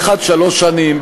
באחד שלוש שנים,